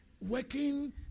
working